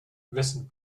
wessen